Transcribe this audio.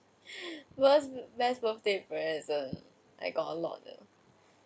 whats best birthday present I got a lot uh